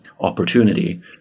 opportunity